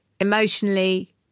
emotionally